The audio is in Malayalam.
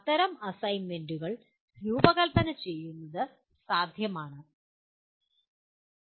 അത്തരം അസൈൻമെന്റുകൾ രൂപകൽപ്പന ചെയ്യുന്നത് സാധ്യമാണ്